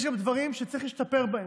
יש גם דברים שצריך להשתפר בהם.